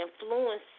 influence